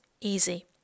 easy